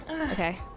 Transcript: Okay